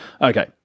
Okay